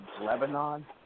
Lebanon